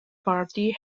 party